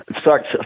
starts